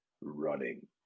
running